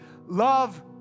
love